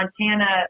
Montana